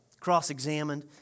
cross-examined